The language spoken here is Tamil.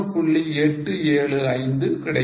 875 கிடைக்கும்